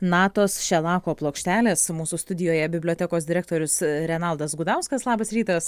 natos šelako plokštelės o mūsų studijoje bibliotekos direktorius renaldas gudauskas labas rytas